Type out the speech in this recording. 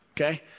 Okay